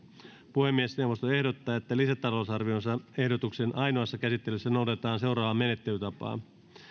puhemiesneuvosto ehdottaa että lisätalousarvioehdotuksen ainoassa käsittelyssä noudatetaan seuraavaa menettelytapaa